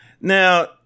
Now